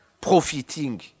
profiting